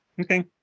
Okay